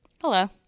Hello